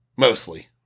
Mostly